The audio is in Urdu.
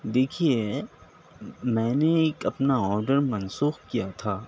دیکھیے میں نے ایک اپنا آڈر منسوخ کیا تھا